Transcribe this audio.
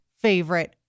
favorite